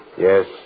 Yes